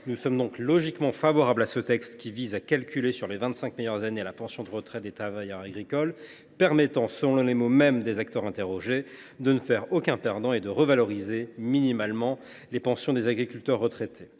Nous sommes donc, logiquement, favorables à ce texte, qui vise à calculer sur les vingt cinq meilleures années la pension de retraite des travailleurs agricoles, ce qui permet, selon les acteurs que nous avons interrogés, de ne faire aucun perdant et de revaloriser minimalement les pensions des agriculteurs retraités.